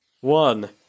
one